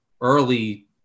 early